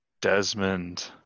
Desmond